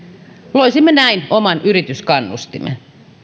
loisimme näin oman yrityskannustimen